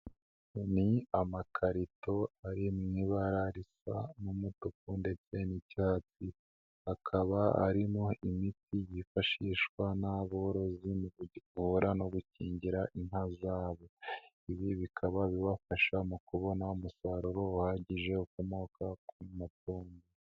Ngo ni amakarito ari mu ibara risa umutuku ndetse n'icyatsi. Akaba arimo imiti yifashishwa n'aborozi mu kuvura no gukingira inka zabo. Ibi bikaba bibafasha mu kubona umusaruro uhagije, ukomoka ku matungo yabo.